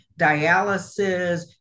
dialysis